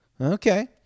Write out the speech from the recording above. Okay